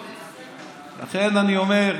לכן אני אומר,